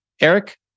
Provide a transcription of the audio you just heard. Eric